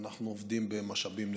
אנחנו עובדים במשאבים נתונים,